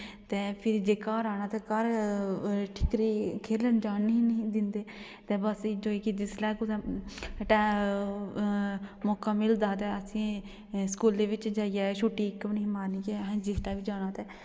ते फिर जे घर आना ते घर ठिक्करी खेलन जान निं हे दिंदे ते बस इ'यै कि जिसलै मौका मिलदा हा ते असें स्कूलै बिच जाइयै छुट्टी इक बी निं ही मारनी कि असें जिस टाइम जाना ते